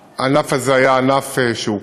הענף הזה היה ענף שהוקפא.